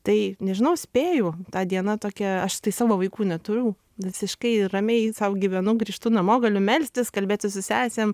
tai nežinau spėju ta diena tokia aš tai savo vaikų neturiu visiškai ramiai sau gyvenu grįžtu namo galiu melstis kalbėtis su sesėm